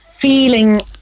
feeling